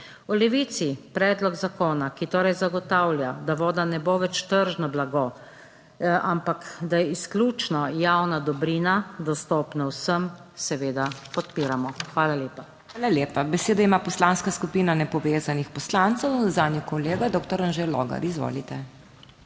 V Levici predlog zakona, ki torej zagotavlja, da voda ne bo več tržno blago, ampak da je izključno javna dobrina, dostopna vsem, seveda podpiramo. Hvala lepa. PODPREDSEDNICA MAG. MEIRA HOT: Hvala lepa. Besedo ima Poslanska skupina Nepovezanih poslancev, zanjo kolega doktor Anže Logar, izvolite.